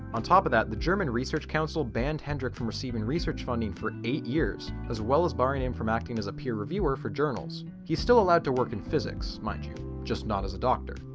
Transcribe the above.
on top of that the german research council banned hendrik from receiving research funding for eight years as well as barring him from acting as a peer reviewer for journals. he's still allowed to work in physics mind you, just not as a doctor.